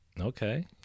Okay